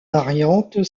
variantes